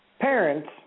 parents